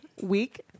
week